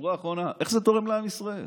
שורה אחרונה: איך זה תורם לעם ישראל?